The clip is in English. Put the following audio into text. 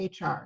hr